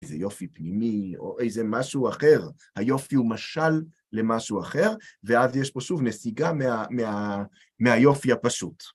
איזה יופי פנימי, או איזה משהו אחר, היופי הוא משל למשהו אחר, ואז יש פה שוב נסיגה מהיופי הפשוט.